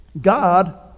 God